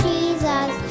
Jesus